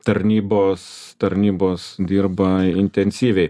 tarnybos tarnybos dirba intensyviai